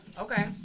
Okay